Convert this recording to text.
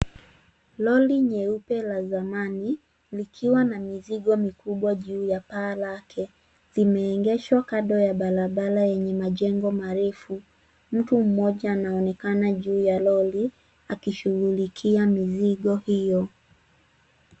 Lori nyeupe la zamani, likiwa na mizigo mikubwa juu ya paa lake, limeegeshwa kando ya barabara yenye majengo marefu. Mtu mmoja anaonekana juu ya lori, akishughulikia mizigo hio.